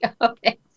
Okay